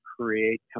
create